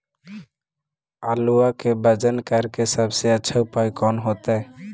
आलुआ के वजन करेके सबसे अच्छा उपाय कौन होतई?